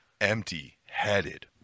Empty-headed